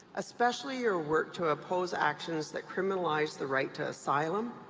especially your work to oppose actions that criminalize the right to asylum,